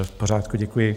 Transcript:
V pořádku, děkuji.